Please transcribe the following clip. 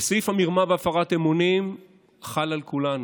וסעיף המרמה והפרת האמונים חל על כולנו.